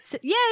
Yay